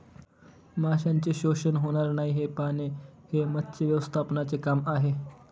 माशांचे शोषण होणार नाही हे पाहणे हे मत्स्य व्यवस्थापनाचे काम आहे